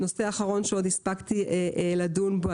נושא אחרון שהספקתי לדון בו,